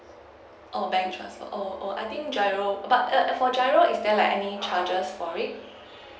oh bank transfer oo oo I think GIRO but err for GIRO is there like any charges for it